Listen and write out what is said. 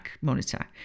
monitor